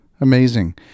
Amazing